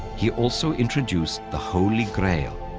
he also introduced the holy grail.